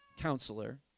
Counselor